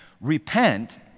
Repent